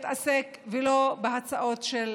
בזה צריך להתעסק ולא בהצעות של